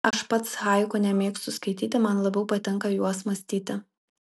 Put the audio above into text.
aš pats haiku nemėgstu skaityti man labiau patinka juos mąstyti